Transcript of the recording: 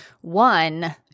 one